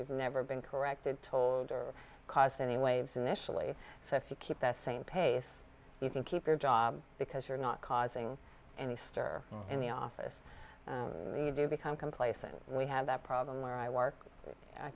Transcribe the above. you've never been corrected told or caused any waves initially so if you keep that same pace you can keep your job because you're not causing any stir in the office to become complacent we have that problem where i work i